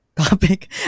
Topic